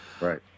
Right